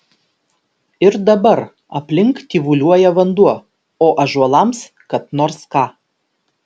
ir dabar aplink tyvuliuoja vanduo o ąžuolams kad nors ką